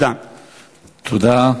תודה.